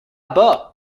bas